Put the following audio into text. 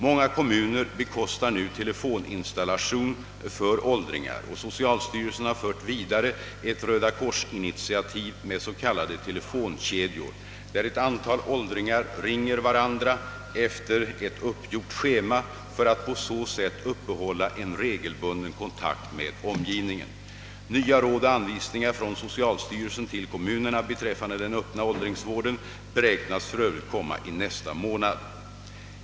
Många kommuner bekostar nu telefoninstallation för åldringar, och socialstyrelsen har fört vidare ett rödakorsinitiativ med s.k. telefonkedjor, där ett antal åldringar ringer varandra efter ett uppgjort schema för att på så sätt uppehålla en regelbunden kontakt med omgivningen. Nya råd och anvisningar från socialstyrelsen till kommunerna beträffande den öppna åldringsvården beräknas för övrigt komma i nästa månad.